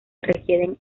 requieren